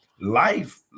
life